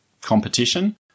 competition